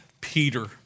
Peter